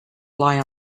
lie